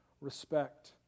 respect